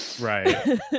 right